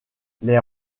les